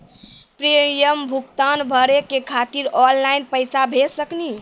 Premium भुगतान भरे के खातिर ऑनलाइन पैसा भेज सकनी?